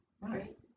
Right